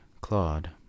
Claude